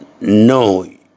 No